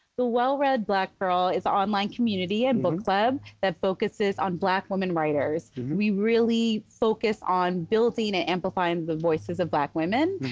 the well-read black girl is an online community and book club that focuses on black women writers. we really focus on building and amplifying the voices of black women,